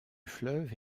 fleuve